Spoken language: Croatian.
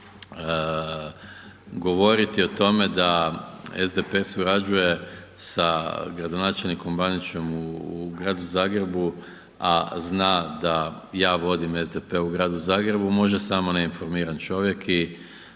govoriti o tome da SDP surađuje sa gradonačelnikom Bandićem u Gradu Zagrebu, a zna da ja vodim SDP u Gradu Zagrebu može samo neinformiran čovjek i